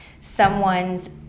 someone's